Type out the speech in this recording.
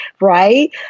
right